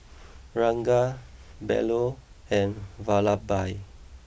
Ranga Bellur and Vallabhbhai